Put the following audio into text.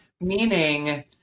meaning